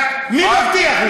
מי מבטיח לי?